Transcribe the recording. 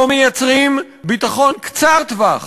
לא מייצרים ביטחון קצר-טווח